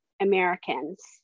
Americans